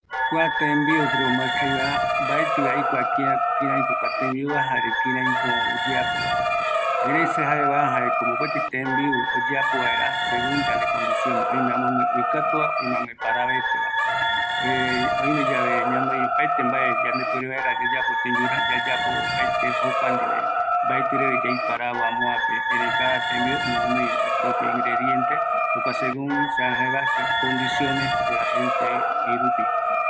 ﻿Kua tembiu grumak jeiva aikuaa, mbaetɨi aikua kiraiko kua tembiuva jare kïraïko oyeapova, erei se jaeva jaeko mopeti tembiu oyeapo vaera segun yande condicion, oime amöguë oikokatuva, oime amöguë paraveteva oime yave ñanoi opaete mbae yande puere vaera yayapo tembiura yayapo opaete jokua ndive, mbaeti reve yaiparavo amoape erei cada tembiu ñoguinoi ipropio ingrediente, jokua segun se jaeva condicione de la gente öirupi